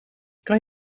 kan